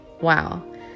Wow